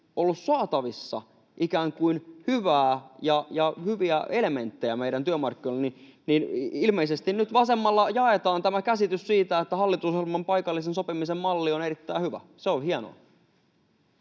kuin hyvää ja hyviä elementtejä meidän työmarkkinoille — ilmeisesti nyt myös vasemmalla laidalla jaetaan tämä käsitys siitä, että hallitusohjelman paikallisen sopimisen malli on erittäin hyvä. Se on hienoa.